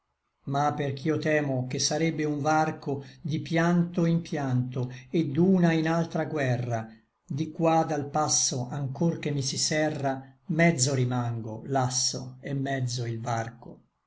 ma perch'io temo che sarrebbe un varco di pianto in pianto et d'una in altra guerra di qua dal passo anchor che mi si serra mezzo rimango lasso et mezzo il varco